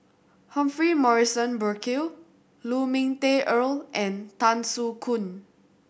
Humphrey Morrison Burkill Lu Ming Teh Earl and Tan Soo Khoon